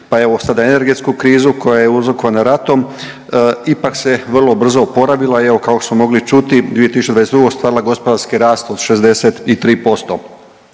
pa evo sad energetsku krizu koja je uzrokovana ratom, ipak se vrlo brzo oporavila i evo kao što smo mogli čuti u 2022. ostvarila gospodarski rast od 63%.